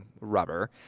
rubber